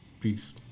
Peace